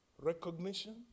Recognition